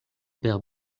perd